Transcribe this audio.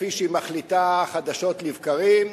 כפי שהיא מחליטה חדשות לבקרים,